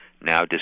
now